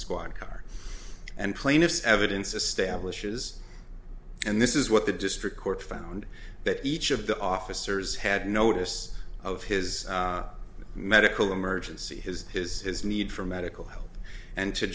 plaintiffs evidence establishes and this is what the district court found that each of the officers had notice of his medical emergency his his his need for medical help and to